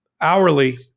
hourly